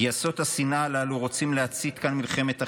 גייסות השנאה הללו רוצים להצית פה מלחמת אחים,